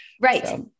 Right